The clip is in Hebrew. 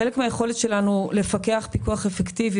חלק מהיכולת שלנו לפקח פיקוח אפקטיבי